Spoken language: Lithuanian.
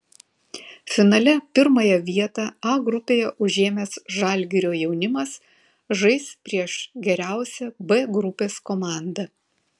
finale pirmąją vietą a grupėje užėmęs žalgirio jaunimas žais prieš geriausią b grupės komandą